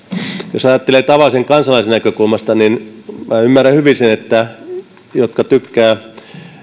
jos ajattelee tavallisen kansalaisen näkökulmasta niin ymmärrän hyvin sen että niille jotka tykkäävät